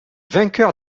vainqueurs